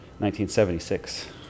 1976